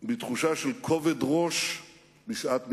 בתחושה של כובד-ראש בשעת מבחן,